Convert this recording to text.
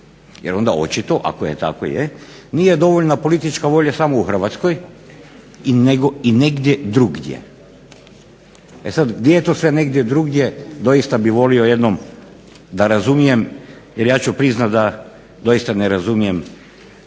jer onda očito ako je tako nije dovoljna politička volja samo u Hrvatskoj nego i negdje drugdje. E sada gdje je to sve negdje drugdje, doista bih volio jednom da razumijem jer ja ću priznati da doista ne razumijem